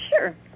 Sure